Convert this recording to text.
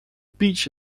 beach